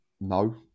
No